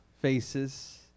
faces